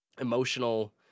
emotional